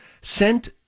sent